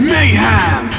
Mayhem